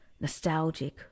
nostalgic